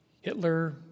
Hitler